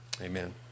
amen